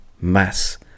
mass